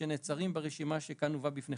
שנעצרים ברשימה שכאן הובאה בפניכם.